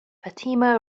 fatima